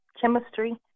chemistry